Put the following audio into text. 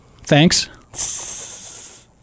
Thanks